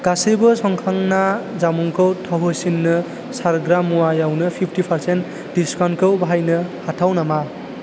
गासैबो संखांना जामुंखौ थावहोसिन्नो सारग्रा मुवायावनो फिफ्टि पारसेन्ट डिसकाउन्टखौ बाहायनो हाथाव नामा